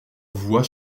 voix